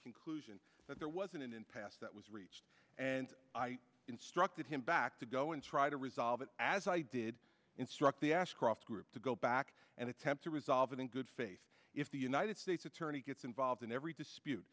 conclusion that there was an impasse that was reached and i instructed him back to go and try to resolve it as i did instruct the ashcroft group to go back and attempt to resolve it in good faith if the united states attorney gets involved in every dispute